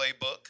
Playbook